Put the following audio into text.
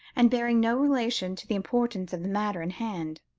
and bearing no relation to the importance of the matter in hand.